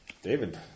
David